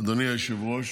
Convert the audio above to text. אדוני היושב-ראש,